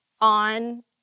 on